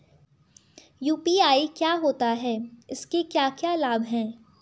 UPI क्या होता है इसके क्या क्या लाभ हैं?